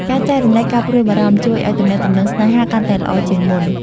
ការចែករំលែកការព្រួយបារម្ភជួយឲ្យទំនាក់ទំនងស្នេហាកាន់តែល្អជាងមុន។